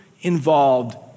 involved